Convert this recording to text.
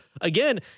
again